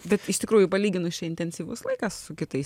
bet iš tikrųjų palyginus čia intensyvus laikas su kitais